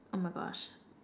oh my gosh